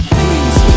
please